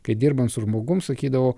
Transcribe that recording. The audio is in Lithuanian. kai dirbant su žmogumi sakydavo